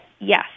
yes